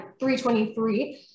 3.23